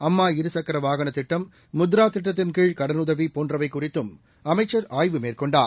அம்மா இருசக்ன வாகன திட்டம் முத்ரா திட்டத்தின்கீழ் கடனுதவி போன்றவை குறித்தும் அமைச்சர் ஆய்வு மேற்கொண்டார்